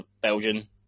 belgian